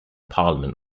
parliament